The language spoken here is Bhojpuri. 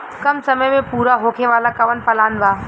कम समय में पूरा होखे वाला कवन प्लान बा?